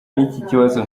n’ikibazo